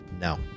No